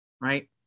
right